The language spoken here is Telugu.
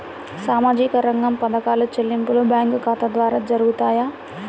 సామాజిక రంగ పథకాల చెల్లింపులు బ్యాంకు ఖాతా ద్వార జరుగుతాయా?